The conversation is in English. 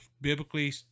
biblically